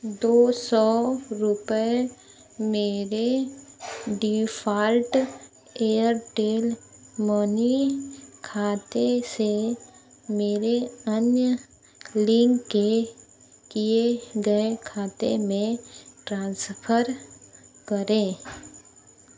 दो सौ रुपये मेरे डिफ़ाल्ट एयरटेल मनी खाते से मेरे अन्य लिंक के किए गए खाते में ट्रांसफ़र करें